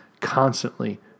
constantly